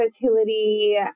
fertility